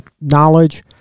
knowledge